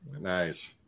Nice